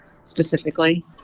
specifically